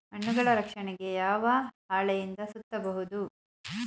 ಹಣ್ಣುಗಳ ರಕ್ಷಣೆಗೆ ಯಾವ ಹಾಳೆಯಿಂದ ಸುತ್ತಬಹುದು?